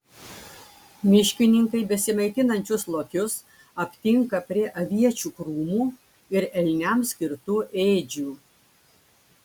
miškininkai besimaitinančius lokius aptinka prie aviečių krūmų ir elniams skirtų ėdžių